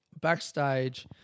backstage